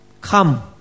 come